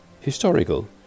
historical